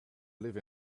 live